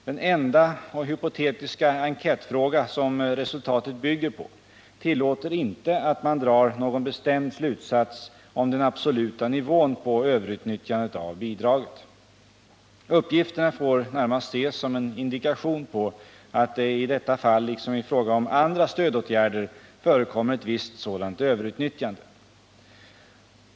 Den enda och hypotetiska 15 enkätfråga som resultatet bygger på tillåter inte att man drar någon bestämd slutsats om den absoluta nivån på överutnyttjandet av bidraget. Uppgifterna får närmast ses som en indikation på att det i detta fall, liksom i fråga om andra stödåtgärder, förekommer ett visst sådant överutnyttjande.